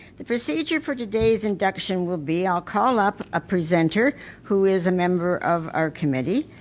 the procedure for today's induction will be i'll call up a presenter who is a member of our committee,